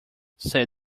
said